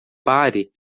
pare